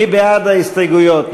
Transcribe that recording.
מי בעד ההסתייגויות?